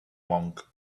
monk